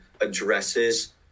addresses